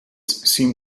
seem